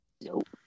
Nope